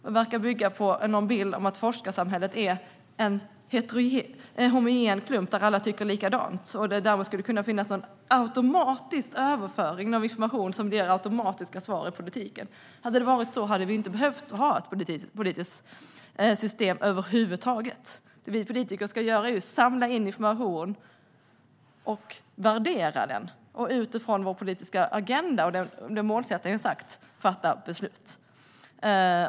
Det verkar bygga på en bild av att forskarsamhället är en homogen grupp där alla tycker likadant och kan göra en automatisk överföring av information som ger automatiska svar till politiken. Hade det varit så hade vi inte behövt ha ett politiskt system över huvud taget. Vi politiker ska samla in information och värdera den och utifrån vår politiska agenda och målsättning fatta beslut.